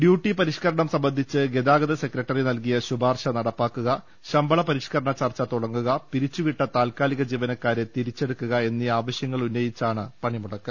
duty പരിഷ്കരണം സംബ ന്ധിച്ച് ഗതാഗത സെക്രട്ടറി നൽകിയ ശുപാർശ നടപ്പാക്കുക ശമ്പള പരി ഷ്കരണ ചർച്ച തുടങ്ങുക പിരിച്ചു വിട്ട താൽകാലിക ജീവനക്കാരെ തിരി ച്ചെടുക്കുക എന്നീ ആവശൃങ്ങൾ ഉന്നയിച്ചാണ് പണിമുടക്ക്